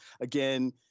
Again